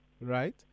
right